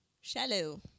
Shallow